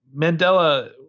Mandela